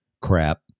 crap